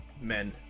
men